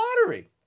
lottery